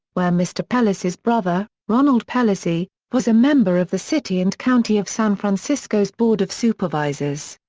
where mr. pelosi's brother, ronald pelosi, was a member of the city and county of san francisco's board of supervisors.